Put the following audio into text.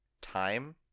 time